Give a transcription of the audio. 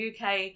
UK